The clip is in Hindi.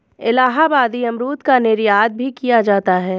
इलाहाबादी अमरूद का निर्यात भी किया जाता है